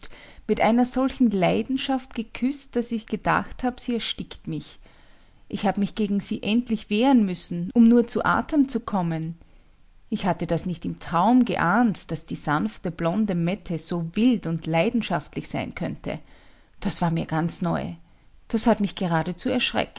mit einer solchen leidenschaft geküßt daß ich gedacht hab sie erstickt mich ich hab mich gegen sie endlich wehren müssen um nur zu atem zu kommen ich hatte nicht im traum geahnt daß die sanfte blonde mette so wild und leidenschaftlich sein könnte das war mir ganz neu das hat mich geradezu